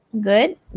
Good